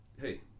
hey